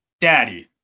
daddy